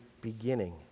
beginning